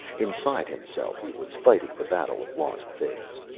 inside himself, he was fighting the battle of lost things.